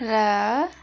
र